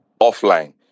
offline